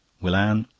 will anne.